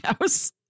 House